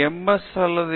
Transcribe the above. S அல்லது M